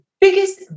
biggest